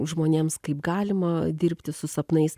žmonėms kaip galima dirbti su sapnais